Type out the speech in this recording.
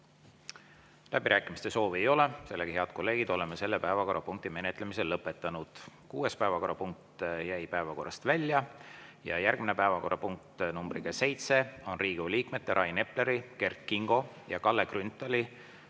Läbirääkimiste soovi ei ole. Head kolleegid, oleme selle päevakorrapunkti menetlemise lõpetanud. Kuues päevakorrapunkt jäi päevakorrast välja ja järgmine päevakorrapunkt numbriga seitse on Riigikogu liikmete Rain Epleri, Kert Kingo ja Kalle Grünthali